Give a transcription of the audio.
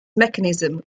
mechanism